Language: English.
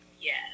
Yes